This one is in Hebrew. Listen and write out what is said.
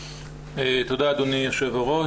תודה אדוני היו"ר.